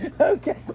okay